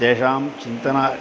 तेषां चिन्तना